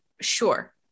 sure